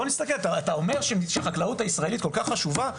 אתה אומר שהחקלאות הישראלית כל כך חשובה?